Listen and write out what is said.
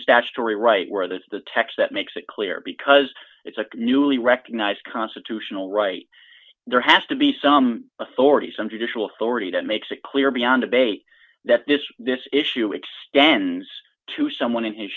statutory right where that's the text that makes it clear because it's a newly recognized constitutional right there has to be some authority some judicial authority that makes it clear beyond debate that this this issue extends to someone in his